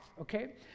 okay